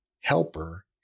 helper